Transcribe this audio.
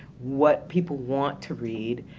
what people want to read,